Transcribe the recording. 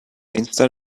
instead